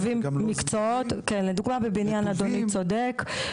בבניין אדוני צודק,